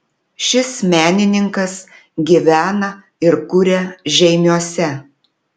šis menininkas gyvena ir kuria žeimiuose